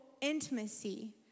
intimacy